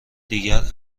دیگر